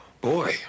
Boy